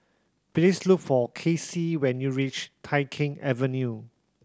please look for Kacey when you reach Tai Keng Avenue